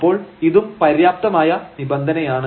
അപ്പോൾ ഇതും പര്യാപ്തമായ നിബന്ധനയാണ്